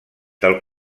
del